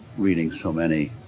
reading so many